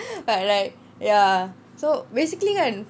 but like ya so basically kan